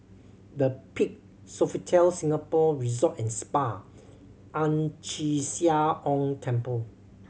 The Peak Sofitel Singapore Resort and Spa Ang Chee Sia Ong Temple